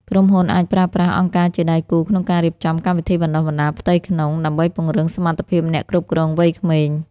ក្រុមហ៊ុនអាចប្រើប្រាស់អង្គការជាដៃគូក្នុងការរៀបចំកម្មវិធីបណ្ដុះបណ្ដាលផ្ទៃក្នុង ដើម្បីពង្រឹងសមត្ថភាពអ្នកគ្រប់គ្រងវ័យក្មេង។